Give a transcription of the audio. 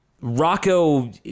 Rocco